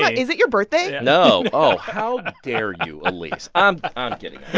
yeah is it your birthday? no. oh, how dare you, elise? i'm um kidding.